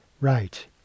Right